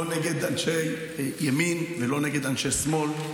לא נגד אנשי ימין ולא נגד אנשי שמאל,